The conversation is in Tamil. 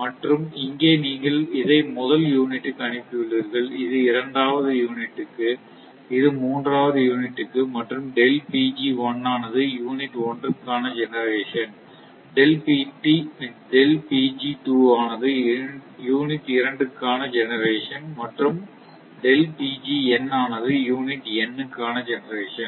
மற்றும் இங்கே நீங்கள் இதை முதல் யூனிட்டுக்கு அனுப்பியுள்ளீர்கள் இது இரண்டாவது யூனிட்டுக்கு இது மூன்றாவது யூனிட்டுக்கு மற்றும் ஆனது யூனிட் 1 க்கான ஜெனெரேஷன் ஆனது யூனிட் 2 க்கான ஜெனெரேஷன் மற்றும் ஆனது யூனிட் n க்கான ஜெனெரேஷன்